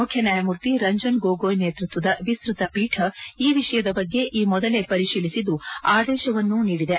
ಮುಖ್ಯ ನ್ಯಾಯಮೂರ್ತಿ ರಂಜನ್ ಗೊಗೊಯ್ ನೇತೃತ್ವದ ವಿಸ್ತ್ರತೆಪೀಠ ಈ ವಿಷಯದ ಬಗ್ಗೆ ಈ ಮೊದಲೇ ಪರಿಶೀಲಿಸಿದ್ದು ಅದೇಶವನ್ನೂ ನೀಡಿದೆ